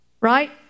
Right